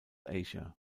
asia